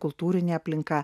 kultūrinė aplinka